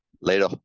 Later